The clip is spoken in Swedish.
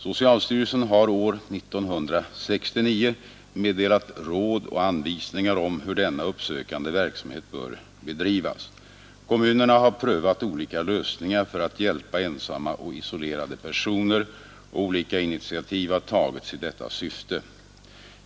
Socialstyrelsen har år 1969 meddelat råd och anvisningar om hur denna uppsökande verksamhet bör bedrivas. Kommunerna har prövat olika lösningar för att hjälpa ensamma och isolerade personer, och olika initiativ har tagits i detta syfte.